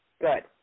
good